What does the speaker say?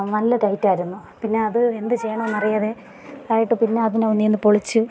നല്ല ടൈറ്റായിരുന്നു പിന്നെ അത് എന്ത് ചെയ്യണമെന്ന് അറിയാതെ ഇതായിട്ട് പിന്നെ അതിനെ ഒന്നേന്ന് പൊളിച്ച്